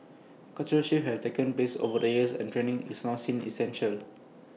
cultural shifts have taken place over the years and training is now seen as essential